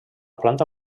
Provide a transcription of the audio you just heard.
planta